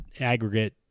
aggregate